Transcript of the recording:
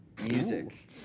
music